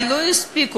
אבל לא הספיקו,